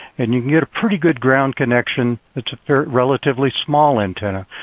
and you can get a pretty good ground connection. it's a relatively small antenna.